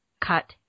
cut